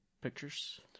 Pictures